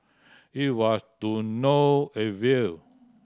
it was to no avail